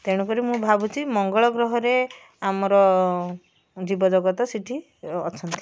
ତେଣୁକରି ମୁଁ ଭାବୁଛି ମଙ୍ଗଳ ଗ୍ରହରେ ଆମର ଜୀବ ଜଗତ ସେଠି ଅଛନ୍ତି